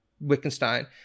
Wittgenstein